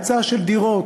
היצע של דירות.